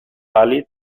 pàl·lid